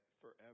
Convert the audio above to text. forever